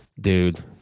Dude